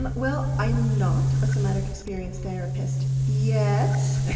and well, i am not a somatic experience therapist yet!